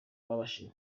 babashije